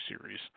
series